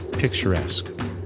Picturesque